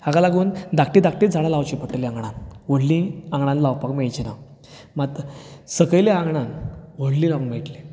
हाका लागून धांकटीं धाकटींच झाडां लावचीं पडटलीं आंगणांत व्हडलीं आंगणांत लावपाक मेळचीं नात मात सकयल्या आंगणांत व्हडलीं लावंक मेळटलीं